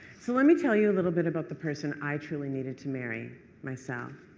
so let me tell you a little bit about the person i truly needed to marry myself.